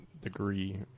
degree